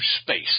space